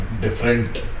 different